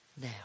now